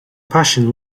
passion